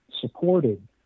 supported